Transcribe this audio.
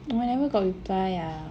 oh never got reply ah